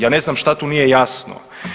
Ja ne znam šta tu nije jasno?